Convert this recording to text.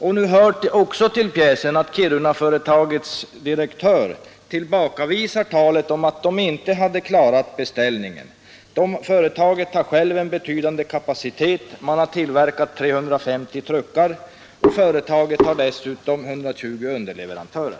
Det hör också till pjäsen att Kirunaföretagets direktör tillbakavisar talet om att man inte skulle ha klarat beställningen. Företaget har självt en betydande kapacitet. Man har tillverkat 350 truckar och har dessutom 120 underleverantörer.